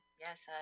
yes